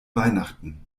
weihnachten